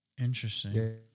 Interesting